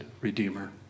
Redeemer